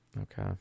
okay